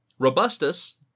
Robustus